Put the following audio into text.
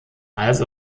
als